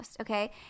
okay